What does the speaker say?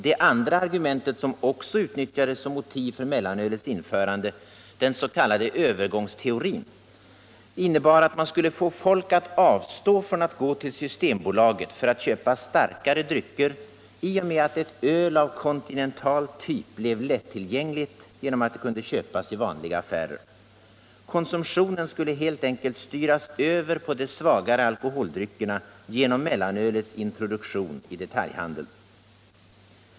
Det andra argumentet som också utnyttjades som motiv för mellanölets införande, den s.k. övergångsteorin, innebar att man skulle få folk att avstå från att gå till Systembolaget för att köpa starkare drycker i och med att ett öl av kontinental typ blev lättillgängligt genom att det kunde köpas i vanliga affärer. Konsumtionen skulle helt enkelt styras över på de svagare alkoholdryckerna genom mellanölets introduktion i detaljhandeln.